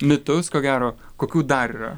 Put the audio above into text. mitus ko gero kokių dar yra